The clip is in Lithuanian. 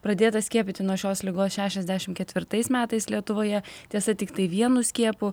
pradėta skiepyti nuo šios ligos šešiasdešim ketvirtais metais lietuvoje tiesa tiktai vienu skiepu